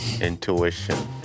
intuition